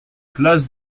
place